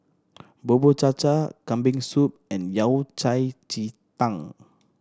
Bubur Cha Cha Kambing Soup and Yao Cai ji tang